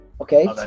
okay